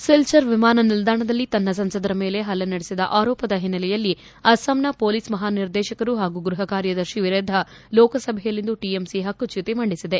ಿಲ್ಟರ್ ವಿಮಾನ ನಿಲ್ದಾಣದಲ್ಲಿ ತನ್ನ ಸಂಸದರ ಮೇಲೆ ಹಲ್ಲೆ ನಡೆಸಿದ ಆರೋಪದ ಹಿನ್ನೆಲೆಯಲ್ಲಿ ಅಸ್ಲಾಂನ ಪೊಲೀಸ್ ಮಹಾನಿರ್ದೇಶಕರು ಹಾಗೂ ಗೃಹ ಕಾರ್ಯದರ್ಶಿ ವಿರುದ್ಧ ಲೋಕಸಭೆಯಲ್ಲಿಂದು ಟಿಎಂಸಿ ಹಕ್ಕುಚ್ಯುತಿ ಮಂಡಿಸಿದೆ